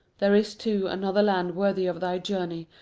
there is, too, another land worthy of thy journey,